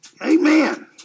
Amen